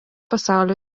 pasaulio